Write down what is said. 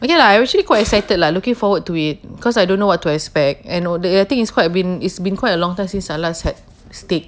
okay lah I'm actually quite excited lah looking forward to it cause I don't know what to expect and o~ the I think it's quite been it's been quite a long time since I last had steak